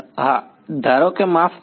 વિદ્યાર્થી ધારો કે માફ કરશો